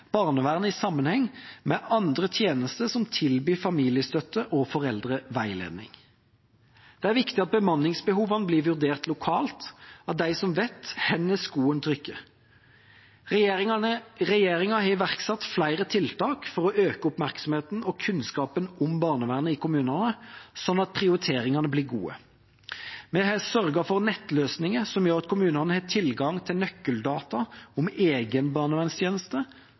barnevernet i sammenheng med andre tjenester som tilbyr familiestøtte og foreldreveiledning. Det er viktig at bemanningsbehovene blir vurdert lokalt av dem som vet hvor skoen trykker. Regjeringa har iverksatt flere tiltak for å øke oppmerksomheten og kunnskapen om barnevernet i kommunene, slik at prioriteringene blir gode. Vi har sørget for nettløsninger som gjør at kommunene har tilgang til nøkkeldata om egen barnevernstjeneste